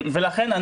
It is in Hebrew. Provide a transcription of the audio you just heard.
ולכן,